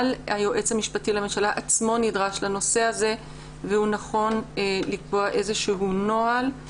היועץ המשפטי לממשלה עצמו נדרש לנושא הזה והוא נכון לקבוע איזשהו נוהל.